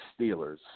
Steelers